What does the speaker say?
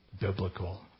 biblical